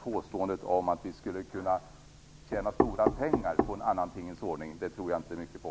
Påståendet att vi skulle kunna tjäna stora pengar på en annan tingens ordning tror jag därför inte mycket på.